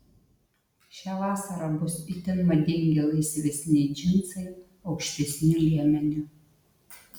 šią vasarą bus itin madingi laisvesni džinsai aukštesniu liemeniu